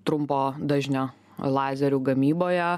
trumpo dažnio lazerių gamyboje